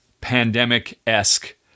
pandemic-esque